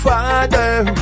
Father